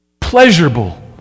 pleasurable